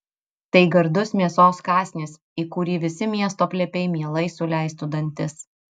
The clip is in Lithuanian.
tai gardus mėsos kąsnis į kurį visi miesto plepiai mielai suleistų dantis